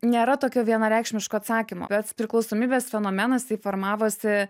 nėra tokio vienareikšmiško atsakymo bet priklausomybės fenomenas tai formavosi